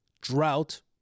drought